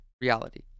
reality